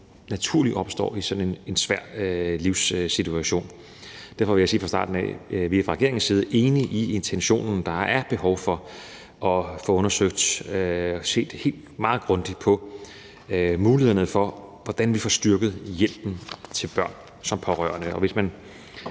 naturligt opstår i sådan en svær livssituation, og derfor vil jeg sige fra starten af, at vi fra regeringens side er enige i intentionen. Der er behov for at få undersøgt og set meget grundigt på mulighederne for, hvordan vi får styrket hjælpen til børn som pårørende, og man